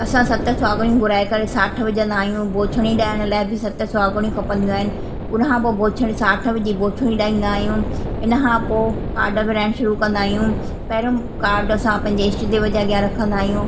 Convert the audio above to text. असां सत सुहाॻिणियूं घुराए करे साठु विझंदा आहियूं बोशिणी ॾाइण लाइ बि सत सुहाॻिणियूं खपंदियूं आहिनि उन खां पोइ बोशिणी साठु विझी बोशिणी ॾाईंदा आहियूं इन खां पोइ काड विरिहाइणु शुरू कंदा आहियूं पहिरियों काड असां पंहिंजे इष्टदेव जे अॻियां रखंदा आहियूं